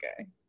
okay